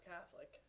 Catholic